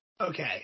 Okay